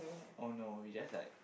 oh no we just like